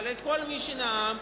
כל מי שנאם,